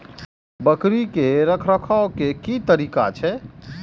बकरी के रखरखाव के कि तरीका छै?